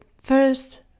first